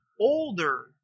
older